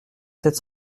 sept